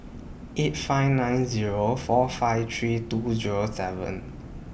eight five nine Zero four five three two Zero seven